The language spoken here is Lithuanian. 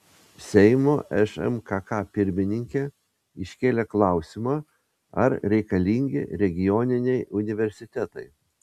seimo šmkk pirmininkė iškėlė klausimą ar reikalingi regioniniai universitetai